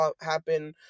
happen